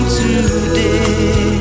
today